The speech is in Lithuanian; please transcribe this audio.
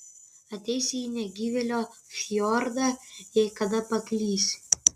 ateisi į negyvėlio fjordą jei kada paklysi